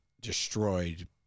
Destroyed